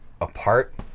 apart